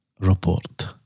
report